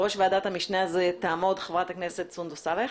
בראש ועדת המשנה הזאת תעמוד חברת הכנסת סונדוס סאלח